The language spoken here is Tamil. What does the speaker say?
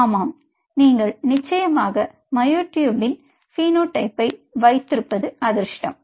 ஆமாம் நீங்கள் நிச்சயமாக மயோட்யூப் இன் பினோடைப் வைத்திருப்பது அதிர்ஷ்டம்